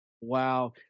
Wow